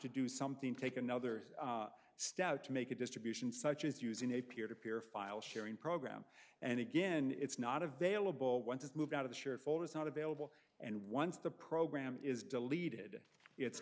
to do something take another step out to make a distribution such as using a peer to peer file sharing program and again it's not available once it's moved out of the shared folders not available and once the program is deleted it's